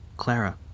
Clara